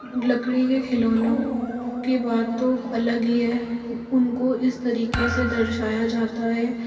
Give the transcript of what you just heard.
लकड़ी के खिलौनों की बात तो अलग ही है उनको इस तरीके से दर्शाया जाता है